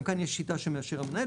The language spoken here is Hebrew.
גם כאן יש שיטה שמאשר המנהל,